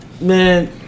Man